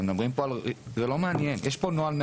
יש פה נוהל 106,